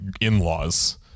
in-laws